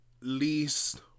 least